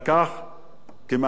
כמעט שנה וחצי,